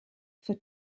for